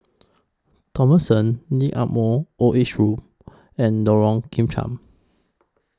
Thomson Lee Ah Mooi Old Age room and Lorong Kemunchup